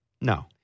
No